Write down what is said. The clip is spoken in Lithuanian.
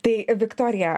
tai viktorija